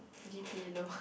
G_P low